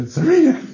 Serena